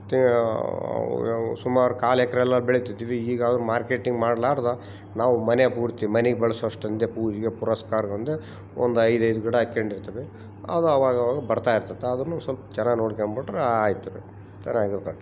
ಮತ್ತು ಸುಮಾರು ಕಾಲು ಎಕ್ರೆಲ್ಲ ಬೆಳಿತಿದ್ವಿ ಈಗ ಅವ್ರು ಮಾರ್ಕೆಟಿಂಗ್ ಮಾಡಲಾರ್ದ ನಾವು ಮನೆ ಪೂರ್ತಿ ಮನೆಗ್ ಬಳ್ಸೋಷ್ಟೊಂದೆ ಪೂಜೆಗೆ ಪುರಸ್ಕಾರ ಬಂದು ಒಂದು ಐದು ಐದು ಗಿಡ ಹಾಕೊಂಡಿರ್ತಿವಿ ಅದು ಅವಾಗವಾಗ ಬರ್ತಾ ಇರ್ತತೆ ಅದನ್ನು ಸ್ವಲ್ಪ್ ಚೆನ್ನಾಗ್ ನೋಡ್ಕೊಂಬಿಟ್ರೆ ಆಯ್ತು ಚೆನ್ನಾಗಿರ್ತತಿ